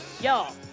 y'all